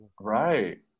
right